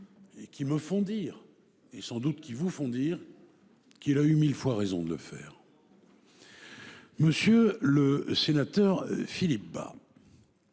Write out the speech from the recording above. et me font dire, et vous font sans doute dire, qu’il a eu mille fois raison de le faire. Monsieur le sénateur Philippe Bas,